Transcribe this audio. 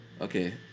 Okay